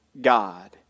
God